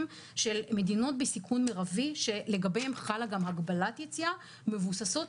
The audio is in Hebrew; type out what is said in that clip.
אחד זה מודל אמריקאי שבעצם מבוססים